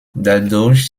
dadurch